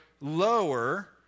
lower